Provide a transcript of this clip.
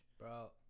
bro